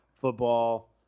football